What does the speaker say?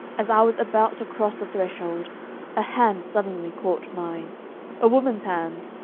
as i was about to cross the threshold a hand suddenly caught mine a woman's hand!